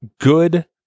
good